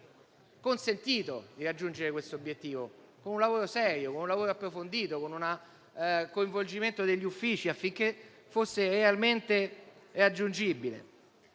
consentito di raggiungere questo obiettivo; un lavoro serio e approfondito, con il coinvolgimento degli uffici, affinché fosse realmente raggiungibile